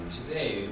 today